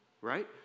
Right